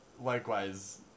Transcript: likewise